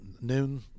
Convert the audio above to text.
noon